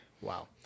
Wow